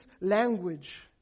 language